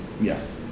yes